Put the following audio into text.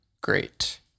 Great